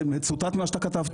זה מצוטט ממה שאתה כתבת.